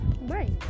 Right